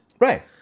Right